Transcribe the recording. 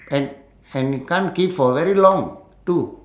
and and you can't keep for very long too